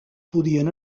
podien